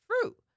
fruit